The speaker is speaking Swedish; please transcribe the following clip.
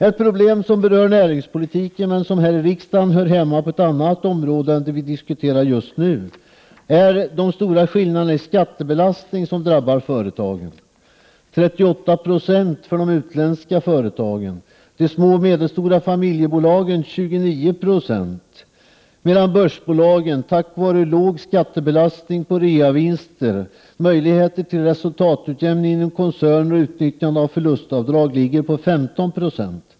Ett problem som berör näringspolitiken, men som här i riksdagen hör hemma på ett annat område än det vi diskuterar just nu, är den stora skillnaden i skattebelastning som drabbar företagen — 38 20 för de utländska företagen, de små och medelstora familjebolagen 29 96, medan börsbolagen, tack vare låg skattebelastning på reavinster, möjligheter till resultatutjämning inom koncerner och utnyttjande av förlustavdrag, ligger på 15 90.